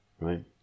Right